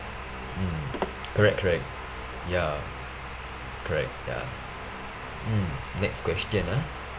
mm correct correct ya correct ya mm next question ah